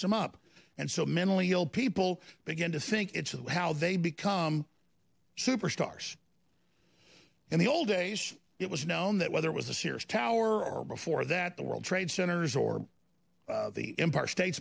some up and so mentally ill people begin to think it's how they become superstars in the old days it was known that whether it was the sears tower or before that the world trade centers or the empire state